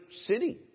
city